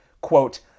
Quote